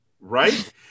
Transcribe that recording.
Right